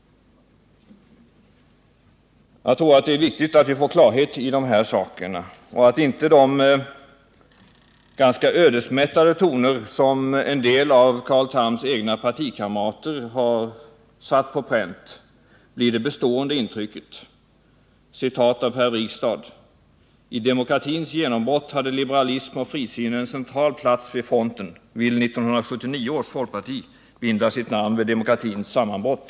Jag troratt det är viktigt att vi får klarhet i dessa frågor och att inte de ganska ödesmättade tankar som en del av Carl Thams egna partikamrater har satt på pränt blir det bestående intrycket. Citat av ett uttalande av Per Wrigstad: ”I demokratins genombrott hade liberalism och frisinne en central plats vid fronten. Vill 1979 års folkparti binda sitt namn vid demokratins sammanbrott?”